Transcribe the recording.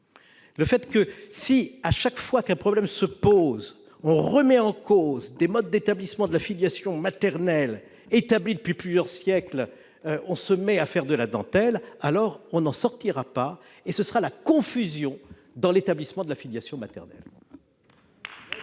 la prudence. Si, chaque fois qu'un problème se pose, on remet en cause des modes d'établissement de la filiation maternelle établis depuis plusieurs siècles, on n'en sortira pas : ce sera la confusion dans l'établissement de la filiation maternelle